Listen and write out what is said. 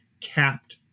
capped